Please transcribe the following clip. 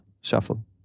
shuffle